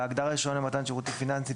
בהגדרה "רישיון למתן שירותים פיננסיים",